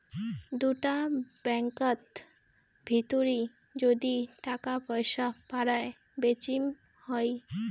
দুটা ব্যাঙ্কত ভিতরি যদি টাকা পয়সা পারায় বেচিম হই